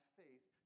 faith